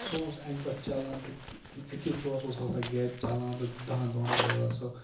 سُہ اوس اَکہِ دۄہ چَلان تہٕ أکِس دۄہَس اوس آسان گَرِ چَلان تہٕ دَہَن دۄہَن اوس آسان سُہ